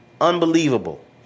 unbelievable